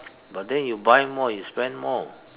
but then you buy more you spend more